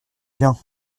bien